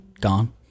gone